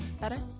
Better